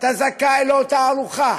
אתה זכאי לאותה ארוחה,